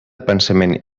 pensament